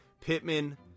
Pittman